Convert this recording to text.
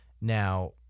Now